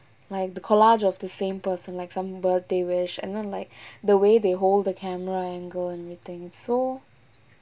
like the collage of the same person like somebody and not like the way they hold the camera angle and everything so